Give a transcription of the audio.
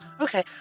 Okay